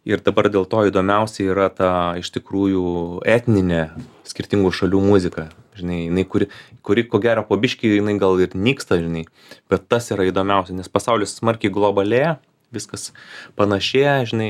ir dabar dėl to įdomiausia yra ta iš tikrųjų etninė skirtingų šalių muzika žinai jinai kuri kuri ko gero po biškį jinai gal ir nyksta žinai bet tas yra įdomiausia nes pasaulis smarkiai globalėja viskas panašėja žinai